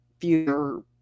future